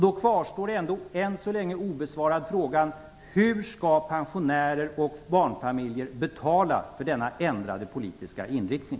Då kvarstår ändå frågan än så länge obesvarad: Hur skall pensionärer och barnfamiljer betala för denna ändrade politiska inriktning?